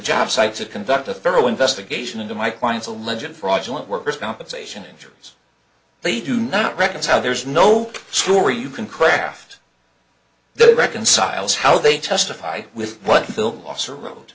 job site to conduct a thorough investigation into my client's a legit fraudulent worker's compensation insurance they do not reckons how there's no sure you can craft the reconciles how they testify with what built officer wro